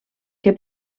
que